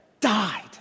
died